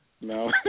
no